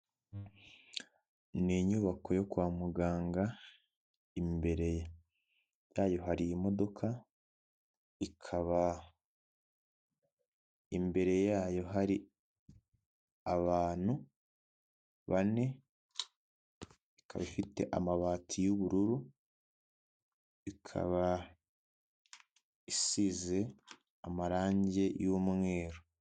Ni inyubako yo kwa muganga, imbere yayo hari imodoka, ikaba imbere yayo hari abantu bane, ikaba ifite amabati y'ubururu, ikaba isize amarangi y'umweru.